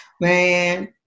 man